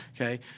Okay